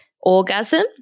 orgasm